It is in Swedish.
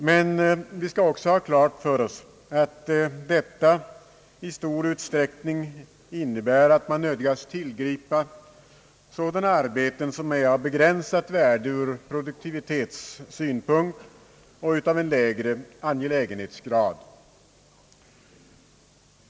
Men vi skall också ha klart för oss att detta i stor utsträckning innebär att man nödgas tillgripa sådana arbeten som är av begränsat värde ur produktivitetssynpunkt och har en lägre angelägenhetsgrad.